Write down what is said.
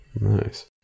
Nice